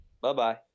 Bye-bye